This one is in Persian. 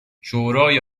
شورای